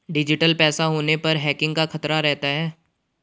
digital पैसा होने पर हैकिंग का खतरा रहता है